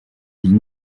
ville